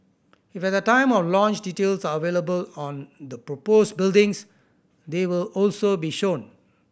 if at the time of launch details are available on the proposed buildings they will also be shown